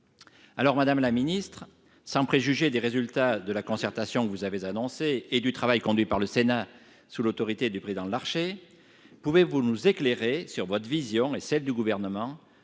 » Madame la ministre, sans préjuger des résultats de la concertation que vous avez annoncée et du travail conduit par le Sénat sous l'autorité du président Larcher, pouvez-vous nous exposer votre vision et celle du Gouvernement